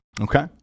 Okay